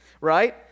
right